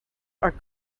are